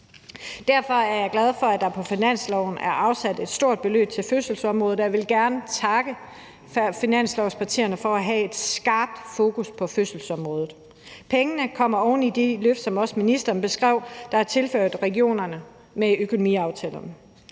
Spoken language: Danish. Derfor er jeg glad for, at der på finansloven er afsat et stort beløb til fødselsområdet, og jeg vil gerne takke finanslovspartierne for at have et skarpt fokus på fødselsområdet. Pengene kommer oven i de løft, som er tilført regionerne med økonomiaftalerne,